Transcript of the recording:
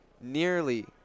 nearly